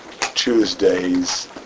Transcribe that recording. Tuesdays